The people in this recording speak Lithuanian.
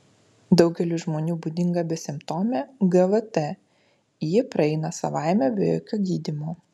daugeliui žmonių būdinga besimptomė gvt ji praeina savaime be jokio gydymo